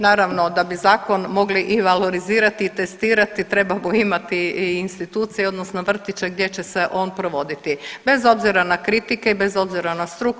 Naravno da bi zakon mogli i valorizirati i testirati trebamo imati i institucije, odnosno vrtiće gdje će se on provoditi bez obzira na kritike, bez obzira na struku.